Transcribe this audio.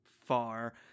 far